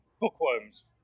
bookworms